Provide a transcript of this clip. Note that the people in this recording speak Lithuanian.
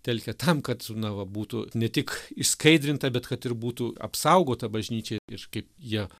telkia tam kad na va būtų ne tik išskaidrinta bet kad ir būtų apsaugota bažnyčia ir kaip jie